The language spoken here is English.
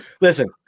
listen